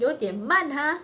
有点慢 !huh!